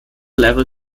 level